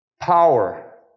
Power